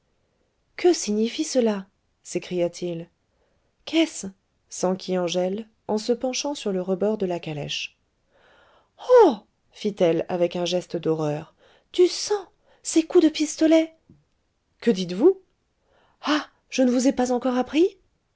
que signifie cela s'écria-t-il qu'est-ce s'enquit angèle en se penchant sur le rebord de la calèche oh fit-elle avec un geste d'horreur du sang ces coups de pistolet que dites-vous ah je ne vous ai pas encore appris